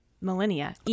millennia